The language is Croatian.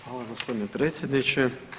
Hvala gospodine predsjedniče.